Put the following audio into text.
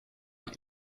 est